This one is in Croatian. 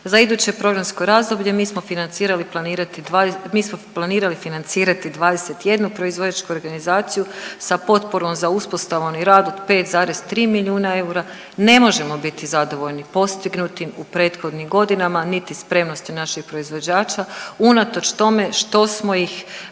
financirali planirati, mi smo planirali financirati 21 proizvođačku organizaciju sa potporom za uspostavom i rad od 5,3 milijuna eura. Ne možemo biti zadovoljni postignutim u prethodnim godinama niti spremnosti naših proizvođača unatoč tome što smo ih